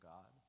God